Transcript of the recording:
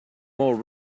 more